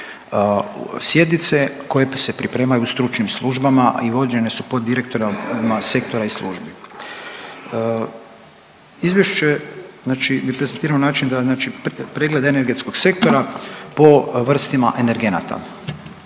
sjednice koje se pripremaju u stručnim službama i vođene su pod direktorima sektora i službi. Izvješće, znači prezentirano na način da, znači pregled energetskog sektora po vrstama energenata.